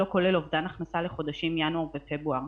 לא כולל אובדן הכנסה לחודשים ינואר ופברואר.